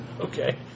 Okay